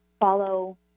follow